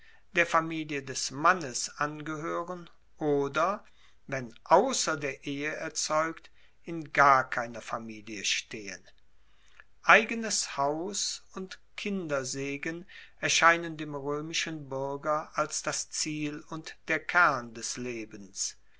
der familie des mannes angehoeren oder wenn ausser der ehe erzeugt in gar keiner familie stehen eigenes haus und kindersegen erscheinen dem roemischen buerger als das ziel und der kern des lebens